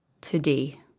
today